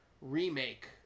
remake